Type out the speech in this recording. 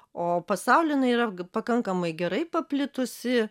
o pasauly jinai yra pakankamai gerai paplitusi